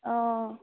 অঁ